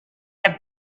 have